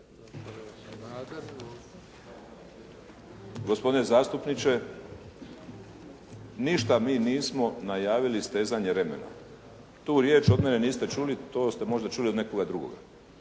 Gospodine zastupniče, ništa mi nismo najavili stezanjem remena. Tu riječ od mene niste čuli. To ste možda čuli od nekoga drugoga.